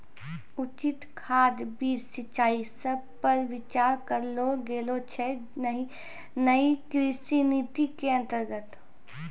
उचित खाद, बीज, सिंचाई सब पर विचार करलो गेलो छै नयी कृषि नीति के अन्तर्गत